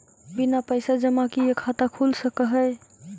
बिना पैसा जमा किए खाता खुल सक है?